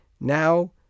Now